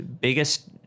biggest